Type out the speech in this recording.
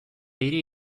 hiri